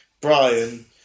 Brian